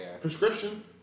Prescription